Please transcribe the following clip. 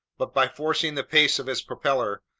but by forcing the pace of its propeller,